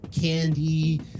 candy